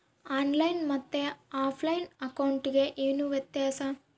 On line ಮತ್ತೆ offline ಅಕೌಂಟಿಗೆ ಏನು ವ್ಯತ್ಯಾಸ?